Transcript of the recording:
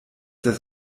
das